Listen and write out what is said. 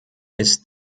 ist